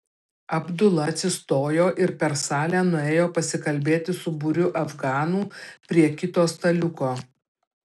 abdula atsistojo ir per salę nuėjo pasikalbėti su būriu afganų prie kito staliuko